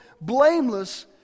blameless